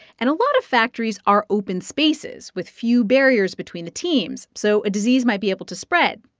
and a lot of factories are open spaces with few barriers between the teams, so a disease might be able to spread.